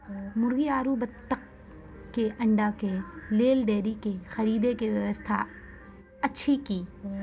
मुर्गी आरु बत्तक के अंडा के लेल डेयरी के खरीदे के व्यवस्था अछि कि?